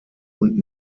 und